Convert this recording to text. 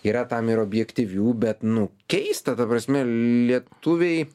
yra tam ir objektyvių bet nu keista ta prasme lietuviai